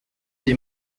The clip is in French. des